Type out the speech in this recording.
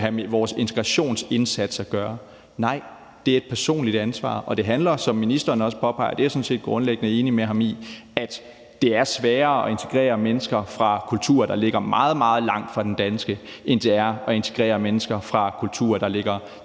have med vores integrationsindsats at gøre. Nej, det er et personligt ansvar, og det handler, som ministeren også påpeger – og det er jeg sådan set grundlæggende enig med ham i – om, at det er sværere at integrere mennesker fra kulturer, der ligger meget, meget langt fra den danske, end det er at integrere mennesker fra kulturer, der ligger